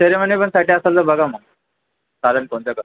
ceremony पण साठी असेल तर बघा मग कारण कोणत्या गा